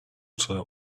water